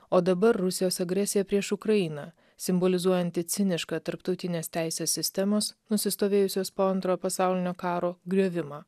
o dabar rusijos agresija prieš ukrainą simbolizuojanti cinišką tarptautinės teisės sistemos nusistovėjusios po antrojo pasaulinio karo griuvimą